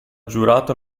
giurato